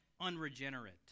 unregenerate